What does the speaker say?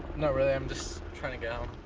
not really. i'm just trying to get home.